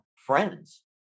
friends